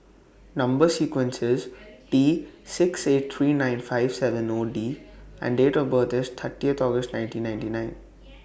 Number sequence IS T six eight three nine five seven O D and Date of birth IS thirtieth August nineteen ninety nine